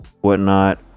whatnot